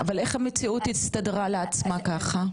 אבל איך המציאות הסתדרה לעצמה ככה?